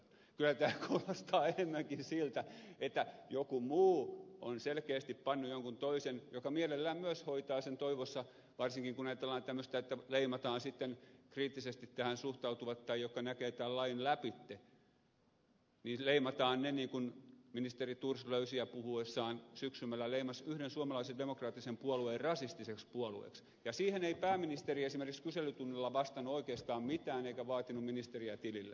kyllä tämä kuulostaa enemmänkin siltä että joku muu on selkeästi pannut jonkun toisen hoitamaan joka mielellään myös hoitaa sen jonkin toivossa varsinkin kun ajatellaan tämmöistä että kriittisesti tähän suhtautuvat tai ne jotka näkevät tämän lain lävitse leimataan niin kuin ministeri thors löysiä puhuessaan syksymmällä leimasi yhden suomalaisen demokraattisen puolueen rasistiseksi puolueeksi ja siihen ei pääministeri esimerkiksi kyselytunnilla vastannut oikeastaan mitään eikä vaatinut ministeriä tilille